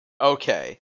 okay